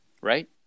Right